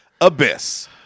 abyss